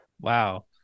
Wow